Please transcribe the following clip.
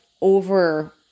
over